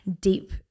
deep